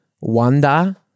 Wanda